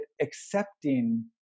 accepting